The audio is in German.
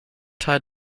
teil